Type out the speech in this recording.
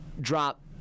drop